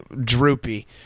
droopy